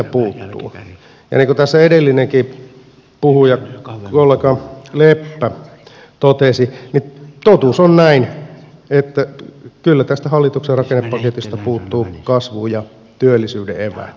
ja niin kuin tässä edellinenkin puhuja kollega leppä totesi totuus on näin että kyllä tästä hallituksen rakennepaketista puuttuvat kasvun ja työllisyyden eväät